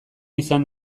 izan